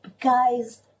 guys